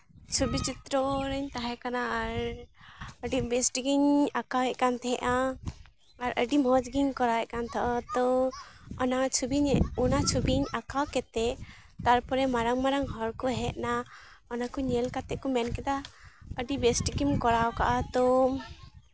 ᱪᱷᱚᱵᱤ ᱪᱤᱛᱛᱨᱚ ᱨᱤᱧ ᱛᱟᱦᱮᱸ ᱠᱟᱱᱟ ᱟᱨ ᱟᱹᱰᱤ ᱵᱮᱥ ᱴᱷᱤᱠ ᱤᱧ ᱟᱸᱠᱟᱣᱮᱜ ᱠᱟᱱ ᱛᱟᱦᱮᱱᱟ ᱟᱨ ᱟᱹᱰᱤ ᱢᱚᱡᱽ ᱜᱮᱧ ᱠᱚᱨᱟᱣᱮᱜ ᱛᱟᱦᱮᱱᱟ ᱛᱚ ᱚᱱᱟ ᱪᱷᱚᱵᱤ ᱚᱱᱟ ᱪᱷᱚᱵᱤ ᱟᱸᱠᱟᱣ ᱠᱟᱛᱮ ᱛᱟᱨᱯᱚᱨᱮ ᱢᱟᱨᱟᱝ ᱢᱟᱨᱟᱝ ᱦᱚᱲ ᱠᱚ ᱦᱮᱡᱮᱱᱟ ᱚᱱᱟ ᱠᱚ ᱧᱮᱞ ᱠᱟᱛᱮ ᱠᱚ ᱢᱮᱱ ᱠᱮᱫᱟ ᱟᱹᱰᱤ ᱵᱮᱥ ᱴᱷᱤᱠ ᱮᱢ ᱠᱚᱨᱟᱣ ᱠᱟᱫᱟ ᱛᱚ